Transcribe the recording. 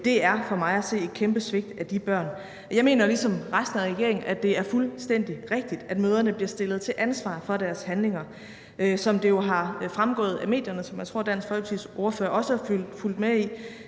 er for mig at se et kæmpe svigt af de børn. Jeg mener ligesom resten af regeringen, at det er fuldstændig rigtigt, at mødrene bliver stillet til ansvar for deres handlinger. Som det jo er fremgået af medierne, som jeg tror Dansk Folkepartis ordfører også har fulgt med i,